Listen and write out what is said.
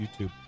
YouTube